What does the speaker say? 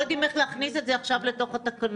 יודעים איך להכניס את זה עכשיו לתוך התקנות.